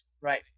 Right